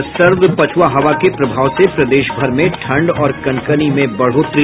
और सर्द पछ्आ हवा के प्रभाव से प्रदेश भर में ठंड और कनकनी में बढ़ोतरी